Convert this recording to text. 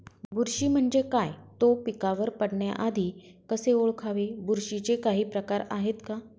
बुरशी म्हणजे काय? तो पिकावर पडण्याआधी कसे ओळखावे? बुरशीचे काही प्रकार आहेत का?